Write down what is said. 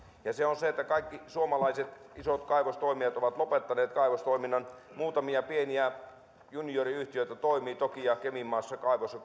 että kaikki suomalaiset isot kaivostoimijat ovat lopettaneet kaivostoiminnan muutamia pieniä junioriyhtiöitä toimii toki ja keminmaassa kaivos